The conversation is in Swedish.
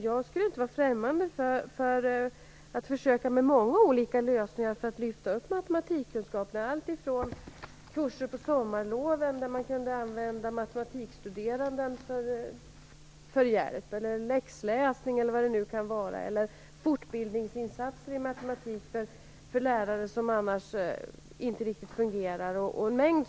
Jag är inte främmande för att ta till många olika lösningar för att försöka höja kunskapsnivån i matematik, alltifrån kurser under sommarloven där man kunde använda matematikstuderande som lärare till läxläsning eller fortbildningsinstatser i matematik för lärare som annars inte riktigt fungerar.